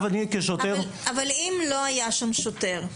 אבל אם לא היה שם שוטר,